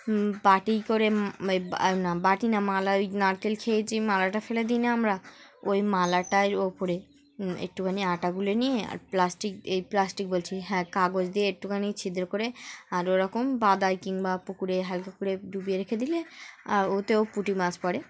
হুম বাটি করে না বাটি না মালা ওই নারকেল খেয়েছি মালাটা ফেলে দিন আমরা ওই মালাটার ওপরে একটুখানি আটা গুলে নিয়ে আর প্লাস্টিক এই প্লাস্টিক বলছি হ্যাঁ কাগজ দিয়ে একটুখানি ছিদ্র করে আর ওরকম বাদায় কিংবা পুকুরে হালকা করে ডুবিয়ে রেখে দিলে আর ওতেও পুঁটি মাছ পড়ে